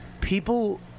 People